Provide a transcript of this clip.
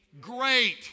great